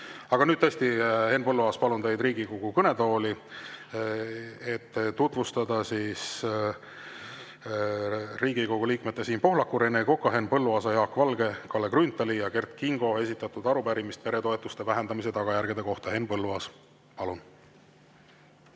Aga nüüd tõesti, Henn Põlluaas, palun teid Riigikogu kõnetooli, et tutvustada Riigikogu liikmete Siim Pohlaku, Rene Koka, Henn Põlluaasa, Jaak Valge, Kalle Grünthali ja Kert Kingo esitatud arupärimist peretoetuste vähendamise tagajärgede kohta. Henn Põlluaas, palun!